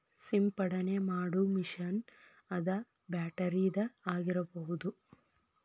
ಸಿಂಪಡನೆ ಮಾಡು ಮಿಷನ್ ಅದ ಬ್ಯಾಟರಿದ ಆಗಿರಬಹುದ